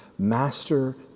master